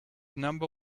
number